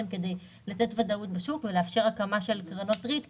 כדי לתת ודאות בשוק ולאפשר הקמה של קרנות ריט.